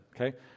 okay